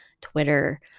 Twitter